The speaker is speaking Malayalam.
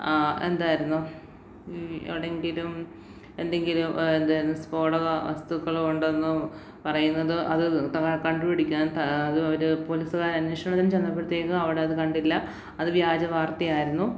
എന്തായിരുന്നു എവിടെങ്കിലും എന്തെങ്കിലും സ്ഫോടക വസ്തുക്കള് ഉണ്ടെന്നോ പറയുന്നത് അത് കണ്ടുപിടിക്കുവാൻ അത് ഒരു പോലീസുകാരൻ അന്വേഷണ ചെന്നപ്പഴേക്കും അവിടത് കണ്ടില്ല അത് വ്യാജ വാർത്തയായിരുന്നു